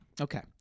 Okay